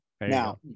Now